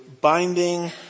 binding